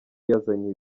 yazanye